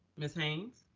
ms. haynes.